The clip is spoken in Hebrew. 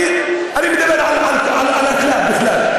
אני מדבר על הכלל, בכלל.